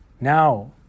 Now